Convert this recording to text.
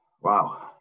Wow